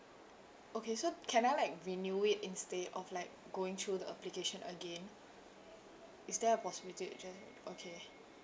okay so can I like renew it instead of like going through the application again is there a possibility to just okay